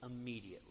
immediately